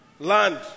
Land